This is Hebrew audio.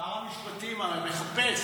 שר המשפטים הרי מחפש,